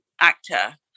actor